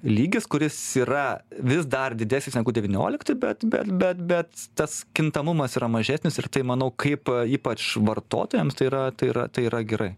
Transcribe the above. lygis kuris yra vis dar didesnis negu devyniolikti bet bet bet bet tas kintamumas yra mažesnis ir tai manau kaip ypač vartotojams tai yra tai yra tai yra gerai